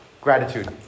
gratitude